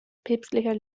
päpstlicher